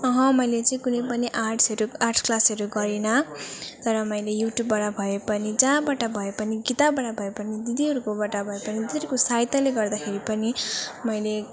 अहँ मैले चाहिँ कुनै पनि आर्ट्सहरू आर्ट्स क्लासहरू गरिनँ तर मैले युट्युबबाट भए पनि जहाँबाट भए पनि किताबबाट भए पनि दिदीहरूकोबाट भए पनि दिदीहरूको सहायताले गर्दाखेरि पनि मैले